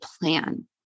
plan